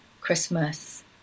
Christmas